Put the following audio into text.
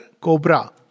cobra